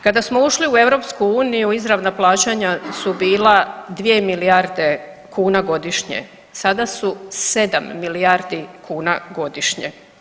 Kada smo ušli u EU izravna plaćanja su bila 2 milijarde kuna godišnje, sada su 7 milijardi kuna godišnje.